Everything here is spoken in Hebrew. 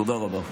תודה רבה.